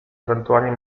ewentualnie